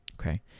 Okay